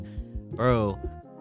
bro